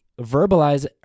verbalize